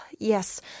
Yes